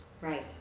Right